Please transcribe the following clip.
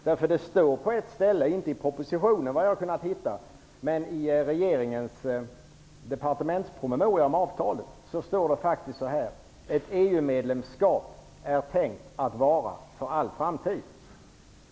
Såvitt jag har kunnat finna sägs det inte i propositionen men dock i departementspromemorian om avtalet att ett EU medlemskap är tänkt att vara för all framtid.